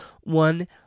one